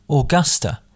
Augusta